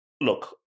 Look